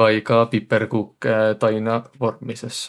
vai ka pipõrkuukõ taina vormmisõs.